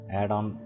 add-on